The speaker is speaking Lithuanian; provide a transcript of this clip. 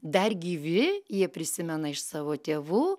dar gyvi jie prisimena iš savo tėvų